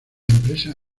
empresa